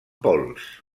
pols